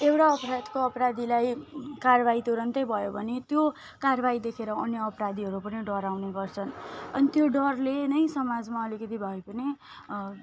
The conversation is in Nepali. एउटा अपराधको अपराधीलाई कारवाही तुरन्तै भयो भने त्यो कारवाही देखेर अन्य अपराधीहरू पनि डराउने गर्छन् अनि त्यो डरले नै समाजमा अलिकति भए पनि